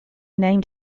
named